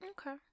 Okay